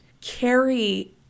carry